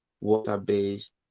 water-based